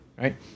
right